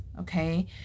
Okay